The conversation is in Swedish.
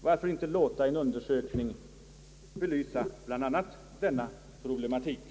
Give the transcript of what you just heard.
Varför inte låta en undersökning belysa bland annat den problematiken?